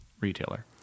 retailer